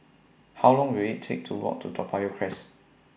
How Long Will IT Take to Walk to Toa Payoh Crest